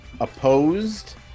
opposed